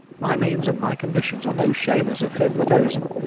my means and my conditions are no shamers of him that owes em,